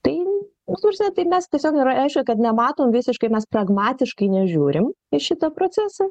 tai mes ta prasme tai mes tiesiog yra aišku kad nematom visiškai mes pragmatiškai nežiūrim į šitą procesą